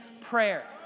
prayer